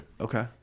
Okay